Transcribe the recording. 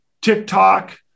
TikTok